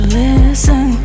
listen